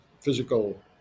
physical